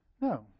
No